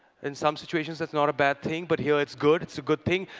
in some situations that's not a bad thing. but here it's good. it's a good thing.